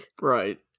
right